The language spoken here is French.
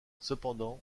cependant